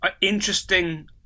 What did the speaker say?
interesting